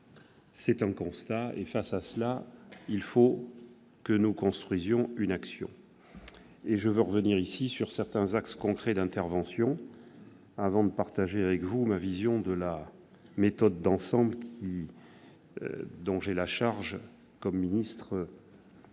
C'est un constat, et face à cela, il nous faut agir. Je veux revenir ici sur certains axes concrets d'intervention avant de partager avec vous ma vision de la méthode d'ensemble dont j'ai la charge comme ministre